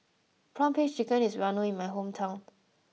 Prawn Paste Chicken is well known in my hometown